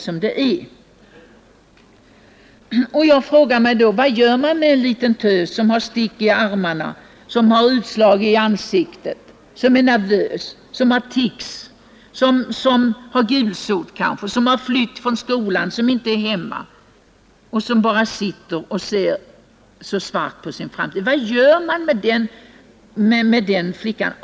Vad gör man t.ex. med en liten tös som har stick i armarna, utslag i ansiktet, som är nervös, som har tics, som kanske lider av gulsot och som har flytt från skolan, som inte är hemma och som bara sitter och ser sin framtid i svart? Vad gör man med den flickan?